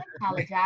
apologize